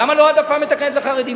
למה לא העדפה מתקנת לחרדים?